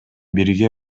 бирге